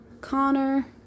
Connor